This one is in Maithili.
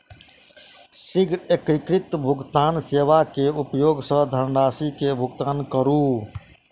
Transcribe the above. शीघ्र एकीकृत भुगतान सेवा के उपयोग सॅ धनरशि के भुगतान करू